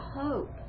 hope